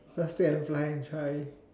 just take and fly and try